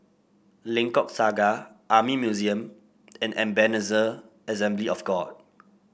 Lengkok Saga Army Museum and Ebenezer Assembly of God